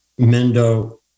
Mendo